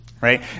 right